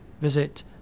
visit